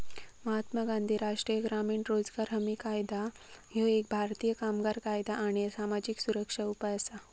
महात्मा गांधी राष्ट्रीय ग्रामीण रोजगार हमी कायदा ह्यो एक भारतीय कामगार कायदा आणि सामाजिक सुरक्षा उपाय असा